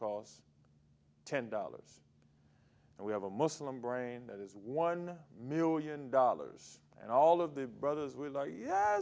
costs ten dollars and we have a muslim brain that is one million dollars and all of the brothers would like